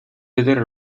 vedere